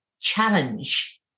challenge